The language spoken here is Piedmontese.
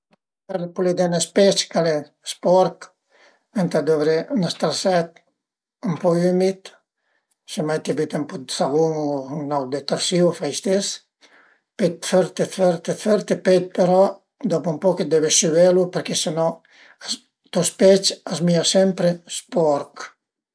Për pulidé ün spec ch'al e sportch ëntà dövré ün straset ën po ümid, se mai t'ie büte ën po dë savun o ün aut detersìu a fa i stes, pöi fërte fërte fërte, pöi però dopu ën poch deve süelu perché se no to spec a zmìa sempre sporch